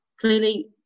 clearly